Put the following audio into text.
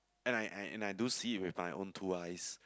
and I I and I do see it with my own two eyes